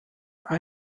bei